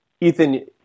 Ethan